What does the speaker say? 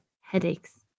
headaches